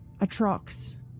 Atrox